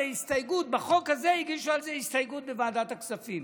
בחוק הזה הגישו על זה הסתייגות בוועדת הכספים.